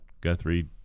Guthrie